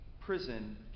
prison